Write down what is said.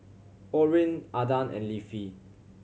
Orrin Adan and Leafy